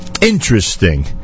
interesting